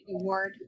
award